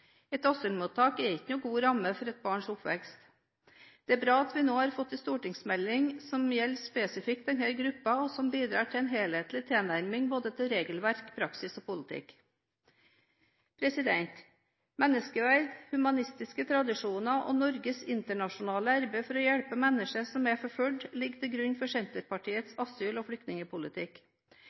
Et asylmottak er ikke noen god ramme for et barns oppvekst. Det er bra at vi nå har fått en stortingsmelding som gjelder spesifikt denne gruppen, og som bidrar til en helhetlig tilnærming til både regelverk, praksis og politikk. Menneskeverd, humanistiske tradisjoner og Norges internasjonale arbeid for å hjelpe mennesker som er forfulgt, ligger til grunn for Senterpartiets asyl- og flyktningpolitikk.